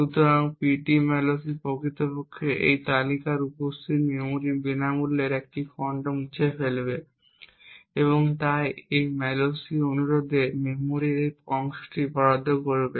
সুতরাং ptmalloc প্রকৃতপক্ষে এই তালিকায় উপস্থিত মেমরির একটি বিনামূল্যের তালিকা খণ্ড মুছে ফেলবে এবং এই malloc অনুরোধে মেমরির এই অংশটি বরাদ্দ করবে